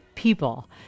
people